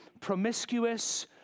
promiscuous